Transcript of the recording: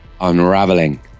unraveling